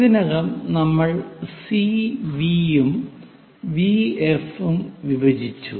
ഇതിനകം നമ്മൾ സിവി യും വിഎഫും വിഭജിച്ചു